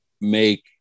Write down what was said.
make